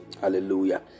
hallelujah